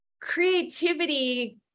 creativity